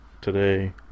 today